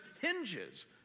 hinges